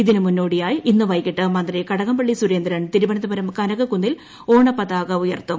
ഇതിന് മുന്നോടിയായി ഇന്ന് വൈകിട്ട് മന്ത്രി കടകംപള്ളി സുരേന്ദ്രൻ തിരുവനന്തപുരം കനകകുന്നിൽ ഓണപ്പതാക ഉയർത്തും